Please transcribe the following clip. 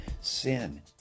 sin